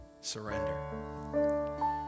Surrender